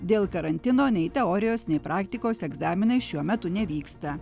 dėl karantino nei teorijos nei praktikos egzaminai šiuo metu nevyksta